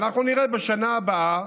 ואנחנו נראה בשנה הבאה